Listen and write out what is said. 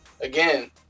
again